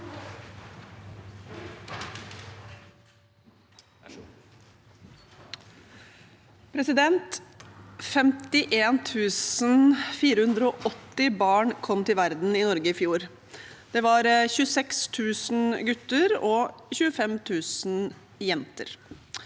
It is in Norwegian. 51 480 barn kom til verden i Norge i fjor. Det var 26 000 gutter og 25 000 jenter.